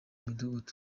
midugudu